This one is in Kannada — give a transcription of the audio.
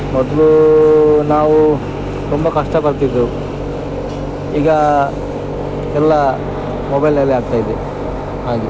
ಮೊದಲು ನಾವು ತುಂಬ ಕಷ್ಟ ಪಡ್ತಿದ್ದೆವು ಈಗ ಎಲ್ಲ ಮೊಬೈಲ್ನಲ್ಲಿ ಆಗ್ತಾ ಇದೆ ಹಾಗೆ